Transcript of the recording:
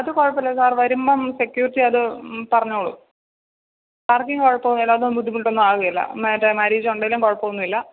അത് കുഴപ്പം ഇല്ല സാർ വരുമ്പം സെക്യൂരിറ്റി അത് പറഞ്ഞോളും പാർക്കിങ്ങ് കുഴപ്പമൊന്നും ഇല്ല അതൊന്നും ബുദ്ധിമുട്ടൊന്നും ആവില്ല മറ്റേ മാര്യേജ് ഉണ്ടെങ്കിലും കുഴപ്പം ഒന്നുമില്ല